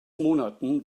monaten